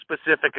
specific